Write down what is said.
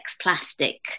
plastic